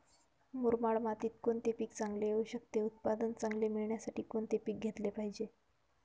मुरमाड मातीत कोणते पीक चांगले येऊ शकते? उत्पादन चांगले मिळण्यासाठी कोणते पीक घेतले पाहिजे?